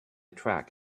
track